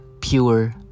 Pure